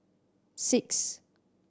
six